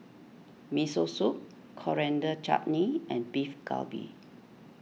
Miso Soup Coriander Chutney and Beef Galbi